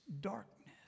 darkness